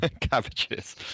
Cabbages